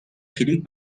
کلیک